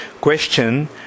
Question